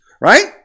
right